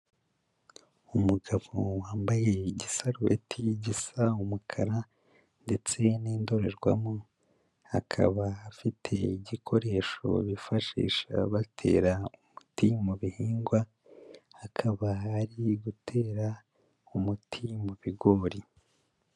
Umugabo wambaye igisarureti gisa umukara, ndetse n'indorerwamo, akaba afite igikoresho bifashisha batera umuti mu bihingwa, akaba ari gutera umuti mu bigori.